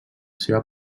seva